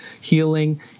Healing